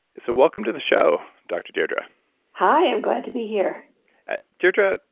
so, welcome to the show dr. deirdre hi, i'm glad to be here ah deirdre,